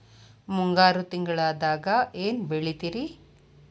ಮುಂಗಾರು ತಿಂಗಳದಾಗ ಏನ್ ಬೆಳಿತಿರಿ?